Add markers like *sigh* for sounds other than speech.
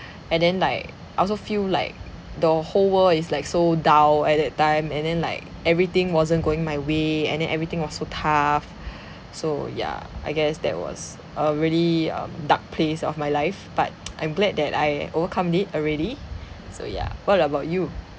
and then like I also feel like the whole world is like so dull at that time and then like everything wasn't going my way and then everything was so tough so ya I guess that was a really dark um place of my life but *noise* I'm glad that I overcomed it already so ya what about you